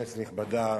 כנסת נכבדה,